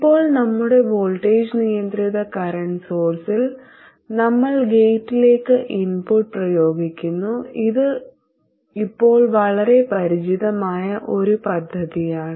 ഇപ്പോൾ നമ്മളുടെ വോൾട്ടേജ് നിയന്ത്രിത കറന്റ് സോഴ്സിൽ നമ്മൾ ഗേറ്റിലേക്ക് ഇൻപുട്ട് പ്രയോഗിക്കുന്നു ഇത് ഇപ്പോൾ വളരെ പരിചിതമായ ഒരു പദ്ധതിയാണ്